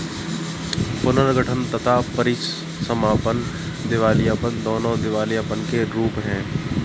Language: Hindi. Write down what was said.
पुनर्गठन तथा परीसमापन दिवालियापन, दोनों दिवालियापन के रूप हैं